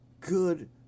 good